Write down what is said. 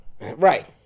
Right